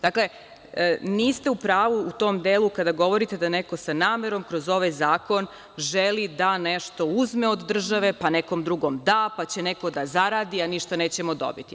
Dakle, niste u pravu u tom delu kada govorite da neko sa namerom kroz ovaj zakon želi da nešto uzme od države, pa nekom drugom da, pa će neko da zaradi, a ništa nećemo dobiti.